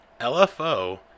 LFO